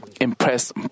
impressed